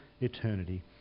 eternity